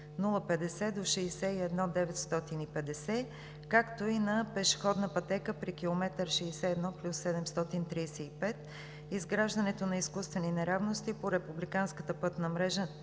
до км 61.950, както и на пешеходна пътека при км 61+735. Изграждането на изкуствени неравности по републиканската пътна мрежа,